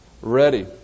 ready